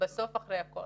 בסוף אחרי הכול?